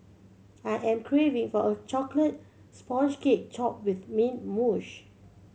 I am craving for a chocolate sponge cake with mint